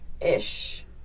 ish